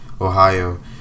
Ohio